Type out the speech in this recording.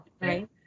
right